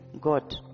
God